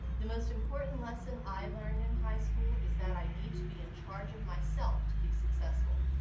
the most important lesson i learned in high school is that i need to be in charge of myself to be successful.